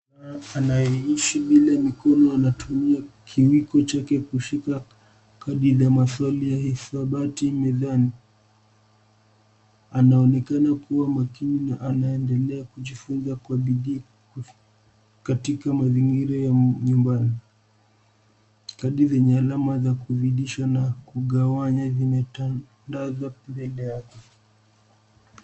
...anayeishi bila mikono anatumia kiwiko chake kushika kadi za maswali ya hisabati mezani. Anaonekana kuwa makini na anaendelea kujifunza kwa bidii kus- katika mazingira ya nyumbani. Kadi zenye alama za kuzidisha na kugawanya zimetandazwa mbele yake.